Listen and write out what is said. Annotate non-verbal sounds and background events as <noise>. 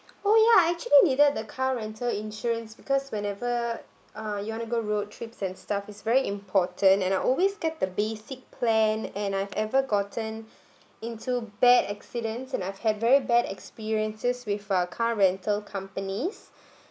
oh ya actually needed the car rental insurance because whenever uh you want to go road trips and stuff it's very important and I always get the basic plan and I've ever gotten <breath> into bad accidents and I've had very bad experiences with our car rental companies <breath>